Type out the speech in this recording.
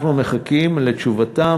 אנחנו מחכים לתשובתם.